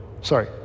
sorry